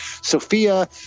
Sophia